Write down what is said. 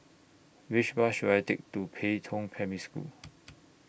Which Bus should I Take to Pei Tong Primary School